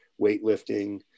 weightlifting